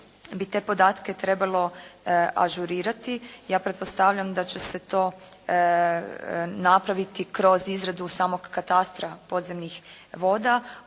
bi te podatke trebalo ažurirati. Ja pretpostavljam da će se to napraviti kroz izradu samog katastra podzemnih voda